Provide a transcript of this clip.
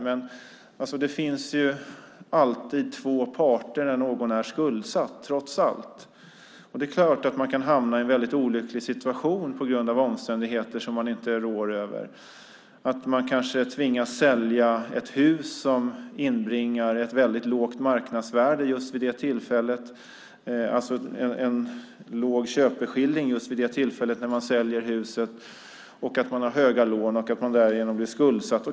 Trots allt finns det alltid två parter när någon är skuldsatt. Det är klart att man på grund av omständigheter som man inte råder över kan hamna i en väldigt olycklig situation. Kanske tvingas man sälja sitt hus och försäljningen inbringar ett väldigt lågt marknadsvärde, en låg köpeskilling, vid just det tillfälle då huset säljs samtidigt som man har stora lån och därigenom blir skuldsatt.